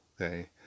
Okay